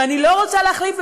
ואני לא רוצה להחליף,